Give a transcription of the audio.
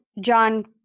John